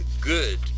good